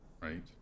right